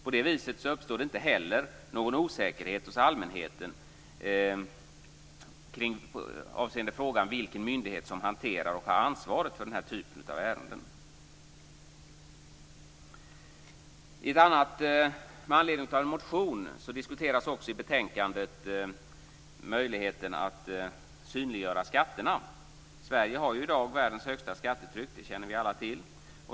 På det viset uppstår inte heller någon osäkerhet hos allmänheten avseende frågan om vilken myndighet som hanterar och tar ansvaret för denna typ av ärenden. Med anledning av en motion diskuteras också i betänkandet möjligheten att synliggöra skatterna. Sverige har i dag världens högsta skattetryck - det känner vi alla till.